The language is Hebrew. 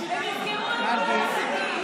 שמקבל את הכסף, לא יהיה לך למי לתת.